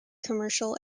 commercial